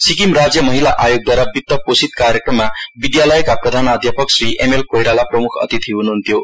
सिक्किम राज्य महिला आयोगद्वारा वित्तकोषित कार्यक्रममा विद्यालयका प्रधानाध्यापक श्री एम एल कोइराला प्रमुख अतिथि हुनुहुन्थ्यो